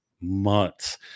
months